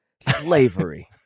slavery